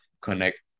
connect